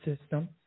system